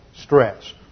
stress